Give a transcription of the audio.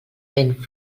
vent